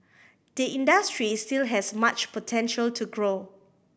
the industry still has much potential to grow